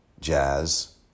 jazz